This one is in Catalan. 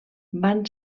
van